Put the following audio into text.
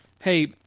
hey